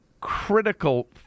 critical